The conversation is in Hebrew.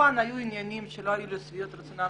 כמובן היו עניינים שלא היו לשביעות רצונו